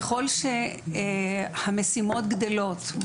ככול שהמשימות גדלות,